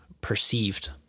perceived